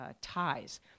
ties